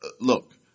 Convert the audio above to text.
look